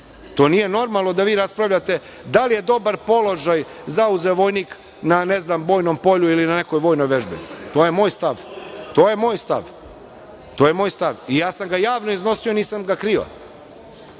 To nije normalno da vi raspravljate da li je dobar položaj zauzeo vojnik na, ne znam, bojnom polju ili na nekoj vojnoj vežbi. To je moj stav i ja sam ga javno iznosio, nisam ga krio.